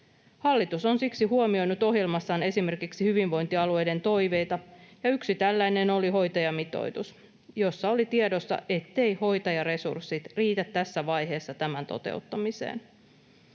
Hallitus on siksi huomioinut ohjelmassaan esimerkiksi hyvinvointialueiden toiveita, ja yksi tällainen oli hoitajamitoitus, josta oli tiedossa, etteivät hoitajaresurssit riitä tässä vaiheessa tämän toteuttamiseen.